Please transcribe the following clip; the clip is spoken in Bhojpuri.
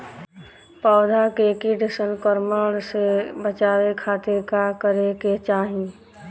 पौधा के कीट संक्रमण से बचावे खातिर का करे के चाहीं?